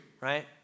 right